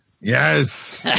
Yes